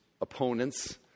opponents